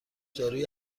دارویی